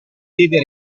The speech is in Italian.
deve